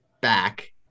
back